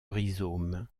rhizome